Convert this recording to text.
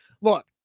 Look